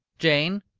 jane?